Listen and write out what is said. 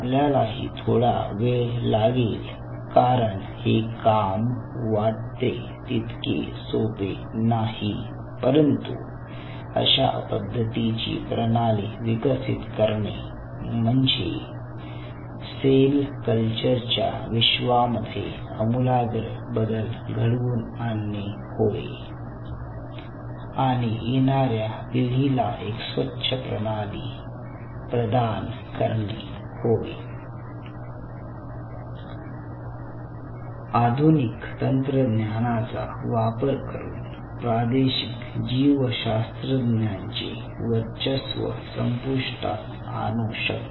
आपल्यालाही थोडा वेळ लागेल कारण हे काम वाटते तितके सोपे नाही परंतु अशा पद्धतीची प्रणाली विकसित करणे म्हणजे सेल कल्चरच्या विश्वामध्ये अमुलाग्र बदल घडवून आणणे होय आणि येणाऱ्या पिढीला एक स्वच्छ प्रणाली प्रदान करणे होय आधुनिक तंत्रज्ञानाचा वापर करून प्रादेशिक जीवशास्त्रज्ञांचे वर्चस्व संपुष्टात आणू शकते